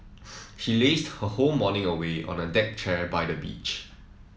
she lazed her whole morning away on a deck chair by the beach